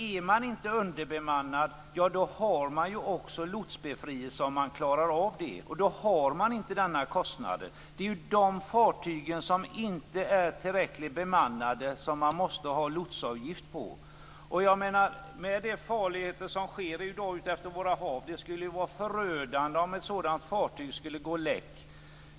Är man inte underbemannad har man också lotsbefrielse, om man klarar av det. Då har man inte denna kostnad. Det är de fartyg som inte är tillräckligt bemannade som man måste ha lotsavgift på. Med tanke på de farligheter som sker i dag ute på våra hav menar jag att det skulle vara förödande om ett sådant fartyg skulle springa läck.